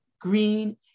green